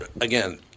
again